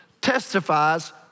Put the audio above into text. testifies